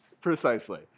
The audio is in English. precisely